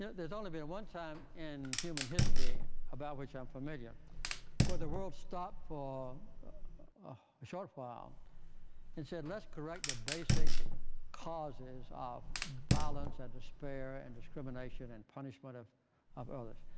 there's only been one time in human history about which i'm familiar where the world stop for a short while and said let's correct the basic causes of violence and despair and discrimination and punishment of of others.